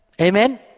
Amen